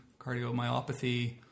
cardiomyopathy